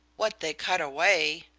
what they cut away?